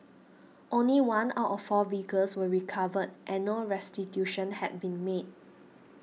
only one out of four vehicles were recovered and no restitution had been made